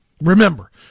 Remember